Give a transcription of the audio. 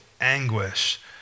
anguish